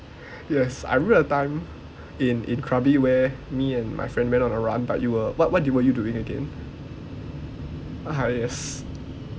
yes I remember a time in in krabi where me and my friend went on a run but you were what what were you doing again uh yes